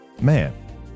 Man